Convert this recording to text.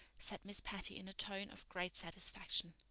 said miss patty in a tone of great satisfaction.